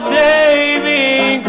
saving